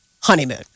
honeymoon